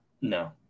No